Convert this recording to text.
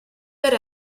per